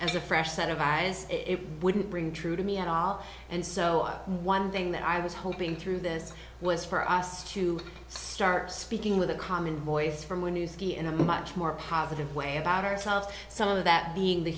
as a fresh set of eyes it wouldn't bring true to me at all and so one thing that i was hoping through this was for us to start speaking with a common voice from when you see in a much more positive way about ourselves some of that being the